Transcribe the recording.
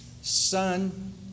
Son